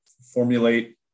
formulate